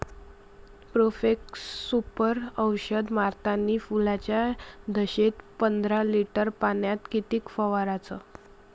Profex Super औषध मारतानी फुलाच्या दशेत पंदरा लिटर पाण्यात किती फवाराव?